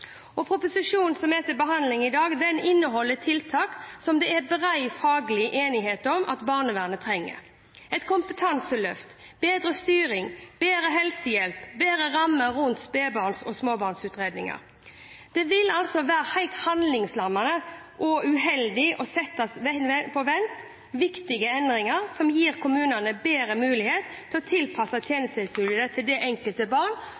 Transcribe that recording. og proposisjonen som er til behandling i dag, inneholder tiltak som det er bred faglig enighet om at barnevernet trenger: et kompetanseløft, bedre styring, bedre helsehjelp, bedre rammer rundt spedbarns- og småbarnsutredninger. Det ville altså være helt handlingslammende og uheldig å sette på vent viktige endringer som gir kommunene bedre mulighet til å tilpasse tjenestetilbudet til det enkelte barn,